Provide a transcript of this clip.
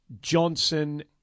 Johnson